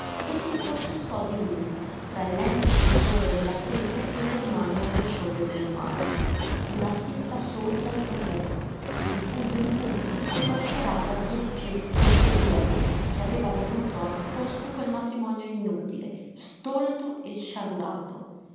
e s'impossessò di lui tra il lento cociore della febbre e le smanie angosciose del male una stizza sorda e profonda che di punto in punto si esasperava vieppiù contro di lei che aveva voluto a ogni costo quel matrimonio inutile stolto e sciagurato